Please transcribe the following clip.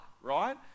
right